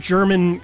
German